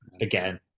Again